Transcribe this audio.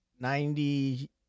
Ninety